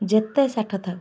ଯେତେ ଶାଠ ଥାଉ